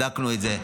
בדקנו את זה.